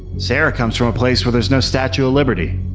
sarah comes from a place where there's no statue of liberty.